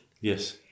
Yes